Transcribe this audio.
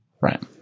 Right